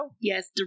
Yes